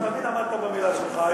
תמיד עמדת במילה שלך.